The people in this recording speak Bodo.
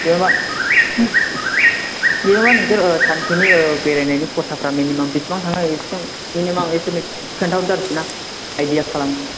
जेन'बा जेन'बा नोंसोर सानसेनि बेरायनायनि खरसाफ्रा मिनिमाम बिसिबां थाङो इसिबां मिनिमाम एसटिमेट खोन्थाना हरदो आरोखि ना आइडिया खालामनानै